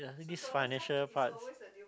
this financial part